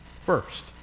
first